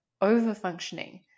over-functioning